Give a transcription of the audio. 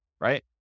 right